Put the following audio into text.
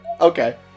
Okay